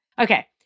Okay